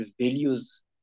values